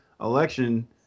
election